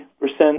percent